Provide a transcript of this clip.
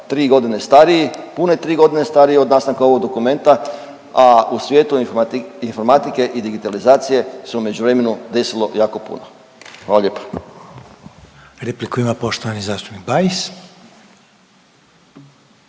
3 godine starije, pune 3 godine starije od nas nakon ovog dokumenta, a u svijetu informatike i digitalizacije se međuvremenu desilo jako puno. Hvala lijepa. **Reiner, Željko (HDZ)** Repliku ima poštovani zastupnik Bajs.